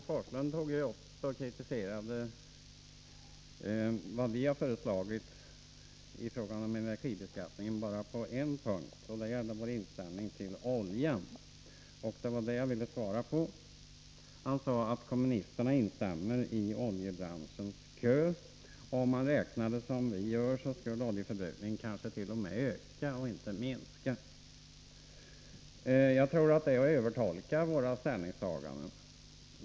Herr talman! Vad vi har föreslagit i fråga om energibeskattningen kritiserade Bo Forslund bara på en punkt. Det gällde vår inställning till oljan — och det är det jag vill svara på. Han sade att kommunisterna instämmer i oljebranschens kör. Om man räknade som vi gör, så skulle oljeförbrukningen kanske t.o.m. öka och inte minska. Jag tror att det är att övertolka våra ställningstaganden.